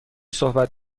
صحبت